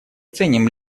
ценим